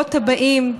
לדורות הבאים.